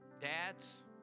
Dads